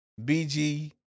BG